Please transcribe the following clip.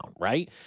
Right